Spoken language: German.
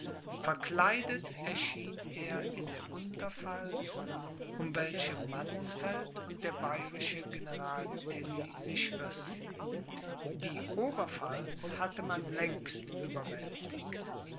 verkleidet erschien er in der unterpfalz um welche mannsfeld und der bayerische general tilly sich rissen die oberpfalz hatte man längst